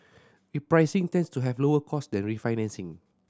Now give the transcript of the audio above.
repricing tends to have lower cost than refinancing